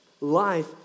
Life